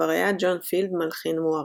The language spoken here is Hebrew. כבר היה ג'ון פילד מלחין מוערך.